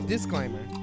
Disclaimer